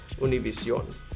Univision